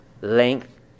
Length